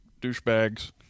douchebags